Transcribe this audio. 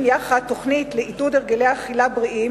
יחד תוכנית לעידוד הרגלי אכילה בריאים,